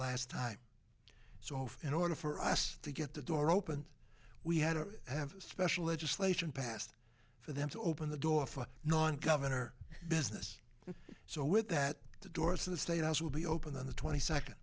last time so if in order for us to get the door opened we had to have special legislation passed for them to open the door for non governor business so with that the doors of the state house will be open on the twenty second